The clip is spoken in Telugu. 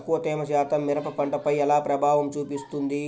తక్కువ తేమ శాతం మిరప పంటపై ఎలా ప్రభావం చూపిస్తుంది?